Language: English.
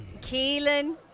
Keelan